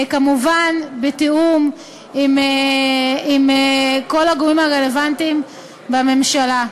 וכמובן בתיאום עם כל הגורמים הרלוונטיים בממשלה.